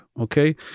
okay